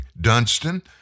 Dunstan